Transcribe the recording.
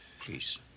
Please